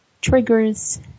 triggers